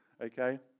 okay